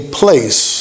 place